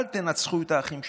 אל תנצחו את האחים שלכם.